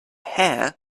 hare